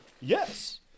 yes